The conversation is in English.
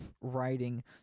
writing